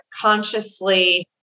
consciously